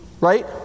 right